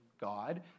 God